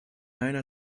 einer